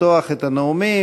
לפתוח את הנאומים.